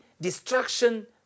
destruction